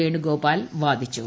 Venugopal വാദിച്ചത്